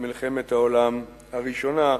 במלחמת העולם הראשונה,